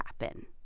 happen